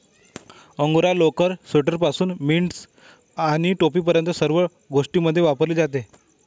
angora लोकर, स्वेटरपासून mittens आणि टोपीपर्यंत सर्व गोष्टींमध्ये वापरली जाते